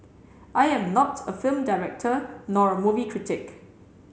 I am not a film director nor a movie critic